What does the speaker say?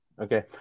Okay